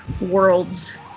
worlds